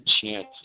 chance